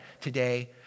today